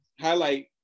highlight